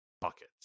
buckets